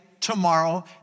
tomorrow